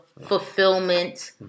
fulfillment